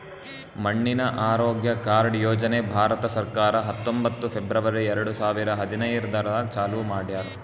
ಮಣ್ಣಿನ ಆರೋಗ್ಯ ಕಾರ್ಡ್ ಯೋಜನೆ ಭಾರತ ಸರ್ಕಾರ ಹತ್ತೊಂಬತ್ತು ಫೆಬ್ರವರಿ ಎರಡು ಸಾವಿರ ಹದಿನೈದರಾಗ್ ಚಾಲೂ ಮಾಡ್ಯಾರ್